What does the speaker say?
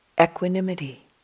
equanimity